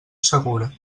segura